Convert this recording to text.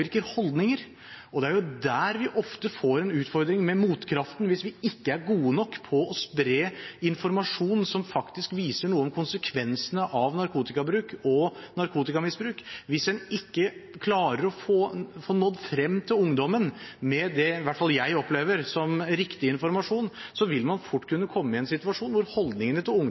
holdninger. Det er der vi ofte får en utfordring med motkraften hvis vi ikke er gode nok til å spre informasjon som viser noe om konsekvensene av narkotikabruk og narkotikamisbruk. Hvis man ikke klarer å nå frem til ungdommen med det i hvert fall jeg opplever som riktig informasjon, vil man fort kunne komme i en situasjon hvor holdningene til